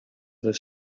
the